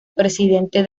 presidente